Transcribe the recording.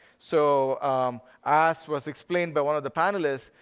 so as was explained by one of the panelists,